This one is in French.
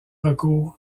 recours